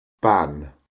ban